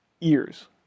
Ears